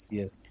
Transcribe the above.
yes